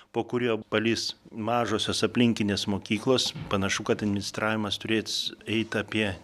po kuriuo palįs mažosios aplinkinės mokyklos panašu kad administravimas turės eit apie